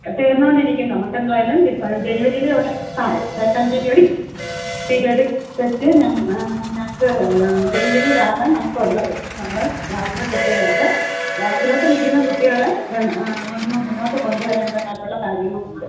തീർന്നോണ്ടിരിക്കുന്നു നമുക്ക് എന്തുവായലും ഡിസാ ജെനുവരീലേയുള്ളൂ exam second periodic periodic test ഞങ്ങൾക്ക് ജെന്വരീലാണ് നമുക്കുള്ളത് പക്ഷേ നമ്മുടെ ക്ലാസ്സിലെ കുട്ടികൾക്ക് ബാക്കിലോട്ട് നിൽക്കുന്ന കുട്ടികൾ നിന്ന് ഒന്ന് മൂന്നോട്ട് കൊണ്ട് വരേണ്ടതായിട്ടുള്ള കാര്യങ്ങളുണ്ട്